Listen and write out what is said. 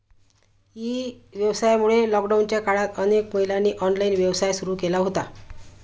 E व्यवसायामुळे लॉकडाऊनच्या काळात अनेक महिलांनी ऑनलाइन व्यवसाय सुरू केला होता